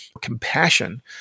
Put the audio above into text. compassion